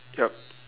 yup